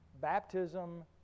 baptism